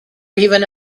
even